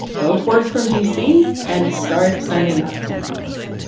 go forth from d c. and start signing up tenants.